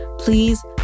Please